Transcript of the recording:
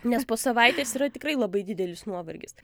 nes po savaitės yra tikrai labai didelis nuovargis